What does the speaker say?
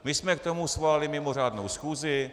My jsme k tomu svolali mimořádnou schůzi.